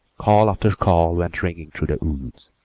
call after call went ringing through the woods,